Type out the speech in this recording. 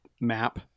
map